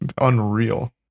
unreal